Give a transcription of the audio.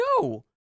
No